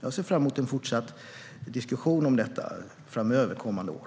Jag ser fram emot en fortsatt diskussion om detta under kommande år.